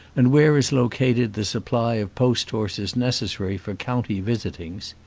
and where is located the supply of post-horses necessary for county visitings.